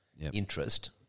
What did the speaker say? interest